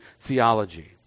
theology